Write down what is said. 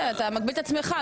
אתה מגביל את עצמך,